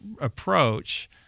approach